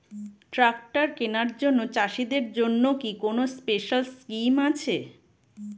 Tractor কেনার জন্য চাষিদের জন্য কি কোনো স্পেশাল স্কিম আছে?